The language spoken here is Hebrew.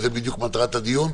זו בדיוק מטרת הדיון.